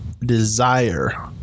desire